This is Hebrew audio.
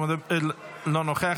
אינו נוכח,